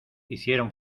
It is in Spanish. hicieron